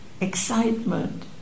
excitement